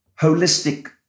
holistic